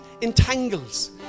entangles